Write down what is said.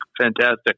fantastic